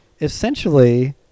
Essentially